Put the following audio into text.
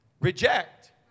reject